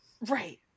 Right